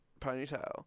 ponytail